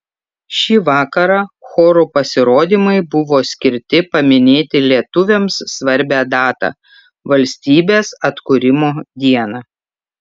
šį vakarą chorų pasirodymai buvo skirti paminėti lietuviams svarbią datą valstybės atkūrimo dieną